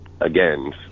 again